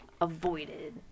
Avoided